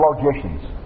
logicians